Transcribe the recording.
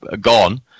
gone